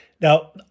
Now